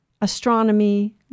Astronomy